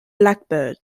blackbird